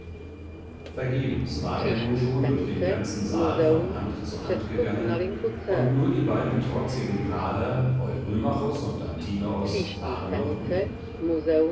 vergebens war er nun schon durch den ganzen saal von hand zu hand gegangen und nur die beiden trotzigen prahler eurymachos und antinoos waren noch übrig